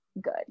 good